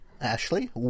Ashley